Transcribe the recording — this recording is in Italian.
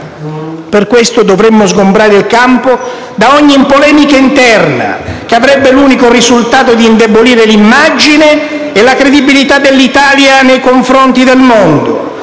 Per questo dovremmo sgombrare il campo da ogni polemica interna, che avrebbe l'unico risultato di indebolire l'immagine e la credibilità dell'Italia nei confronti del mondo.